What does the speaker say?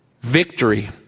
victory